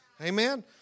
Amen